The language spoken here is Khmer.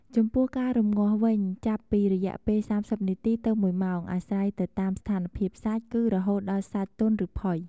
ចំពោះការរំងាស់វិញ ចាប់ពីរយៈពេល៣០នាទី ទៅ ១ម៉ោងអាស្រ័យទៅតាមស្ថានភាពសាច់ គឺរហូតដល់សាច់ទន់ឬផុយ។